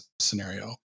scenario